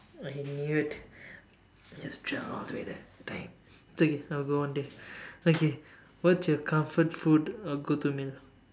I knew it you've travelled all the way there damn it's okay I'll go one day okay what's your comfort food or go to meal